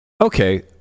Okay